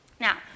Now